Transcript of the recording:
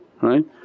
right